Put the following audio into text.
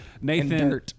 Nathan